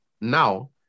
Now